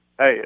hey